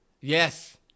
Yes